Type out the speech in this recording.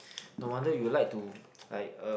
no wonder you like to like uh